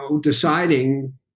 deciding